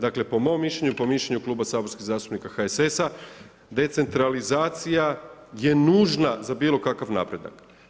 Dakle, po mom mišljenju, po mišljenju Kluba saborskih zastupnika HSS-a decentralizacija je nužna za bilo kakav napredak.